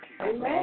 Amen